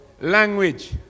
language